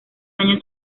año